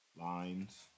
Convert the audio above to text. lines